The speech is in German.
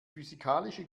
physikalische